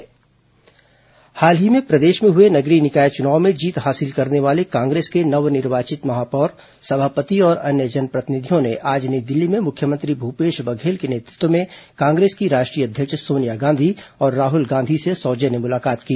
मुख्यमंत्री मुलाकात हाल ही में प्रदेश में हुए नगरीय निकाय चुनावों में जीत हासिल करने वाले कांग्रेस के नवनिर्वाचित महापौर समापति और अन्य जनप्रॅतिनिधियों ने आज नॅई दिल्ली में मुख्यमंत्री भूपेश बघेल के नेतृत्व में कांग्रेस की राष्ट्रीय अध्यक्ष सोनिया गांधी और राहुल गांधी से सौजन्य मुलाकात की